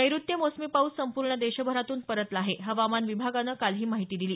नैऋत्य मोसमी पाऊस संपूर्ण देशभरातून परतला आहे हवामान विभागानं काल ही माहिती दिली